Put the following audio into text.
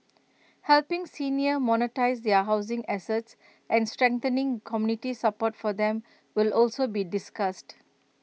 helping seniors monetise their housing assets and strengthening community support for them will also be discussed